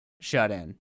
shut-in